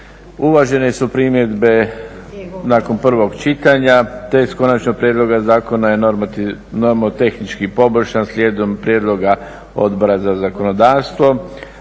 Uvažene su primjedbe nakon prvog čitanja te konačni prijedlog zakona je nomotehnički poboljšan slijedom prijedloga Odbora za zakonodavstvo.